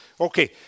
Okay